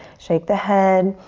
shake the head.